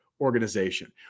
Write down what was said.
organization